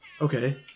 Okay